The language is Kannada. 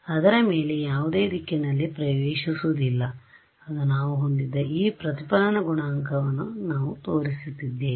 ಅದರ ಮೇಲೆ ಯಾವುದೇ ದಿಕ್ಕಿನಲ್ಲಿ ಪ್ರವೇಶಿಸುವುದಿಲ್ಲ ಅದು ನಾವು ಹೊಂದಿದ್ದ ಈ ಪ್ರತಿಫಲನ ಗುಣಾಂಕವನ್ನು ನಾವು ತೋರಿಸಿದ್ದೇವೆ